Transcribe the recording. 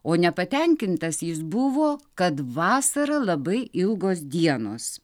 o nepatenkintas jis buvo kad vasarą labai ilgos dienos